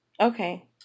Okay